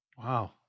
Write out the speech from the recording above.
Wow